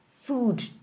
food